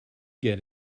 get